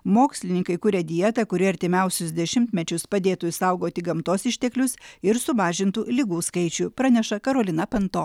mokslininkai kuria dietą kuri artimiausius dešimtmečius padėtų išsaugoti gamtos išteklius ir sumažintų ligų skaičių praneša karolina panto